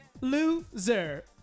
Loser